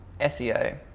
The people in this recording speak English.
SEO